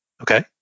okay